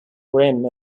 rim